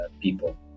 people